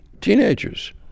teenagers